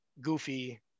goofy